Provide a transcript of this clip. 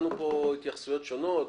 שמענו כאן התייחסויות שונות.